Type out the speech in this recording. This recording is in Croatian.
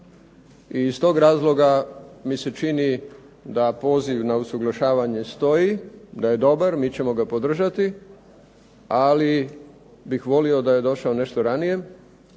I iz tog razloga mi se čini da poziv na usuglašavanje stoji, da je dobar, mi ćemo ga podržati, ali bih volio da je došao nešto ranije